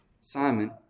Simon